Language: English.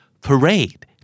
parade